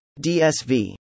DSV